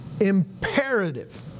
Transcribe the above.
imperative